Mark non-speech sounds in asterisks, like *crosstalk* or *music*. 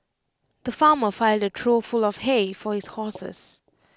the farmer filled A trough full of hay for his horses *noise*